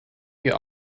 your